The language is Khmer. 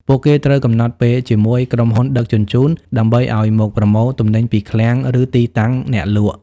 ពួកគេត្រូវកំណត់ពេលជាមួយក្រុមហ៊ុនដឹកជញ្ជូនដើម្បីឱ្យមកប្រមូលទំនិញពីឃ្លាំង ឬទីតាំងអ្នកលក់។